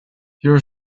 your